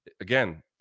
again